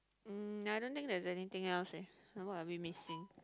um I don't think there is anything else eh know what we are missing